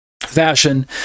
fashion